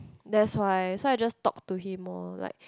that's why so I just talked to him lor like